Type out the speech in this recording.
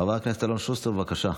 חבר הכנסת אלון שוסטר, בבקשה.